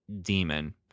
demon